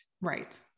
Right